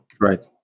right